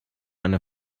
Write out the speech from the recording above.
eine